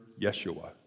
Yeshua